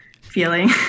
feeling